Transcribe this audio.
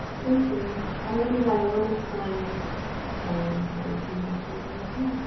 thank you! i hope you've had a wonderful time and maybe i'll see you back here again soon.